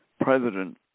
president